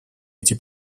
эти